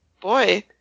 boy